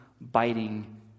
biting